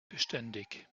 beständig